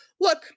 look